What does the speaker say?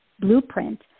blueprint